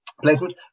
placement